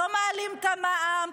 לא מעלים את המע"מ.